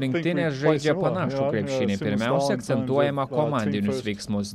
rinktinė žaidžia panašų krepšinį pirmiausia akcentuojama komandinius veiksmus